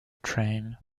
train